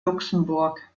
luxemburg